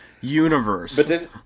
universe